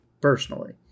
personally